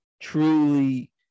truly